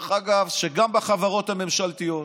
דרך אגב, שגם בחברות הממשלתיות,